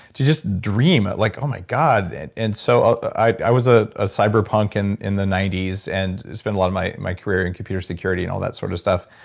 to just dream like, oh my god. and so ah i was a ah cyberpunk and in the nineties and spent a lot of my my career in computer security and all that sort of stuff.